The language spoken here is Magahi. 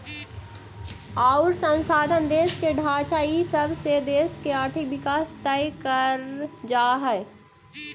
अउर संसाधन, देश के ढांचा इ सब से देश के आर्थिक विकास तय कर जा हइ